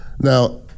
Now